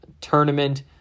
tournament